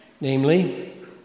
namely